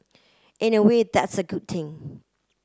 in a way that's a good thing